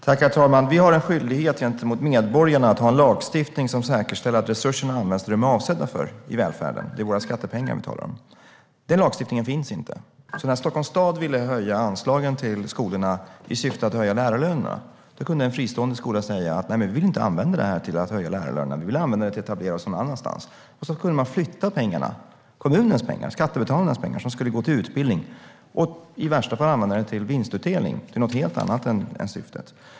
Herr talman! Vi har en skyldighet gentemot medborgarna att ha en lagstiftning som säkerställer att resurserna används till det som de är avsedda för i välfärden. Det är våra skattepengar vi talar om. Men den lagstiftningen finns inte. När Stockholms stad ville höja anslagen till skolorna i syfte att höja lärarlönerna kunde en fristående skola säga: Nej, vi vill inte använda det här till att höja lärarlönerna, vi vill använda det till att etablera oss någon annanstans. Och så kunde man flytta pengarna, kommunens pengar, skattebetalarnas pengar, som skulle gå till utbildning, och i värsta fall använda dem till vinstutdelning, till något helt annat än syftet.